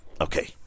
okay